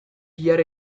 ilara